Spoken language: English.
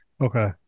Okay